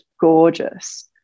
gorgeous